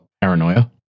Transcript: Paranoia